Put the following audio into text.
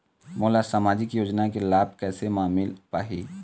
मोला सामाजिक योजना के लाभ कैसे म मिल पाही?